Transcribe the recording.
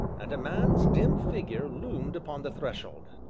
and a man's dim figure loomed upon the threshold.